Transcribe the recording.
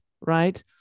right